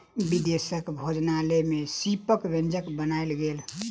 विदेशक भोजनालय में सीपक व्यंजन बनायल गेल